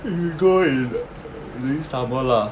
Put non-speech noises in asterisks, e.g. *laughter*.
*noise* you should go in during summer lah